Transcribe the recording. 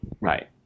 Right